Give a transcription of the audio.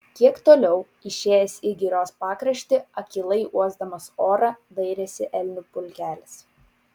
kiek toliau išėjęs į girios pakraštį akylai uosdamas orą dairėsi elnių pulkelis